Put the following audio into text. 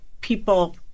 people